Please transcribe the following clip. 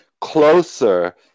closer